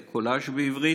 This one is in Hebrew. זה קולאז' בעברית,